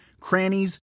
crannies